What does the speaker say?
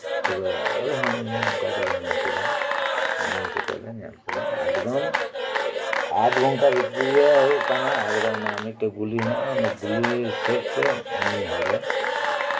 ᱛᱚᱵᱮ ᱟᱞᱮᱦᱚᱸ ᱚᱱᱠᱟ ᱜᱮᱞᱮ ᱧᱩᱢ ᱠᱮᱫᱟ ᱧᱩᱢ ᱠᱟᱛᱮᱜᱞᱮ ᱧᱮᱞ ᱠᱮᱫᱟ ᱮᱠᱫᱚᱢ ᱟᱫᱽ ᱜᱷᱚᱱᱴᱟ ᱵᱷᱤᱛᱨᱤᱨᱮ ᱢᱤᱫᱴᱮᱡ ᱦᱩᱭᱩᱜ ᱠᱟᱱᱟ ᱜᱩᱞᱤ ᱢᱮᱱᱟᱜᱼᱟ ᱜᱩᱞᱤ ᱥᱮᱫᱛᱮ ᱩᱱᱤ ᱦᱚᱲᱮ